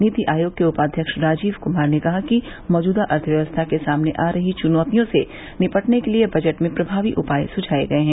नीति आयोग के उपाध्यक्ष राजीव कुमार ने कहा कि मैजूदा अर्थव्यक्स्था के सामने आ रही चुनौतियों से निपटने के लिए बजट में प्रभावी उपाय सुझाए गए हैं